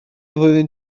flwyddyn